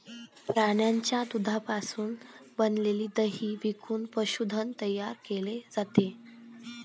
प्राण्यांच्या दुधापासून बनविलेले दही विकून पशुधन तयार केले जाते